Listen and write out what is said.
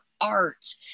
art